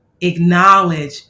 acknowledge